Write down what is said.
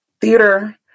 theater